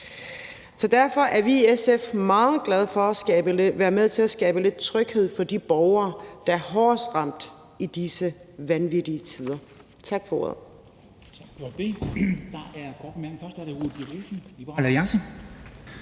Derfor er vi i SF meget glade for at være med til at skabe lidt tryghed for de borgere, der er hårdest ramt i disse vanvittige tider. Tak for ordet.